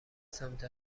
سمت